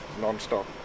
non-stop